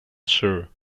sure